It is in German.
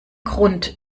grund